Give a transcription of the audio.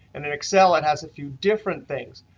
and in excel, it has a few different things.